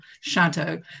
shadow